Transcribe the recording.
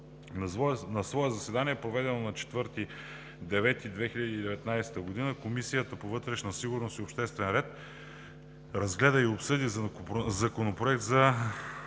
На свое заседание, проведено на 4 септември 2019 г., Комисията по вътрешна сигурност и обществен ред разгледа и обсъди Законопроект за